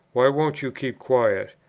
why won't you keep quiet?